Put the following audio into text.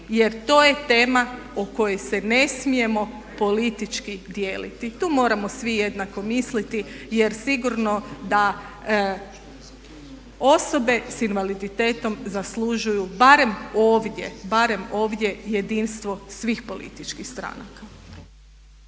jer to je tema o kojoj se ne smijemo politički dijeliti. Tu moramo svi jednako misliti jer sigurno da osobe s invaliditetom zaslužuju barem ovdje jedinstvo svih političkih stranaka.